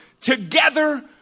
together